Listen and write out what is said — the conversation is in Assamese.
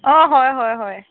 অ হয় হয় হয়